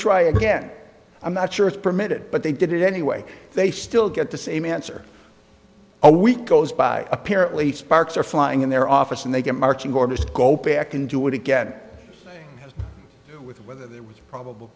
again i'm not sure it's permitted but they did it anyway they still get the same answer a week goes by apparently sparks are flying in their office and they get marching orders to go back and do it again as with whether there was probable